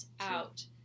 out